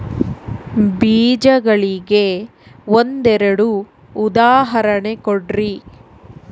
ಬೇಜಗಳಿಗೆ ಒಂದೆರಡು ಉದಾಹರಣೆ ಕೊಡ್ರಿ?